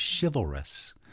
chivalrous